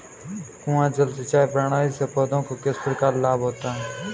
कुआँ जल सिंचाई प्रणाली से पौधों को किस प्रकार लाभ होता है?